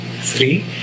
three